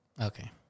Okay